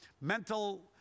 mental